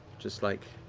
just like